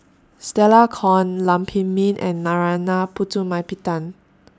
Stella Kon Lam Pin Min and Narana Putumaippittan